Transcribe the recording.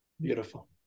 beautiful